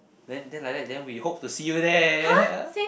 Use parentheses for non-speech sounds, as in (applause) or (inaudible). then then like that then we hope to see you there (noise)